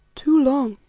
too long,